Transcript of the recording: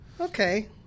Okay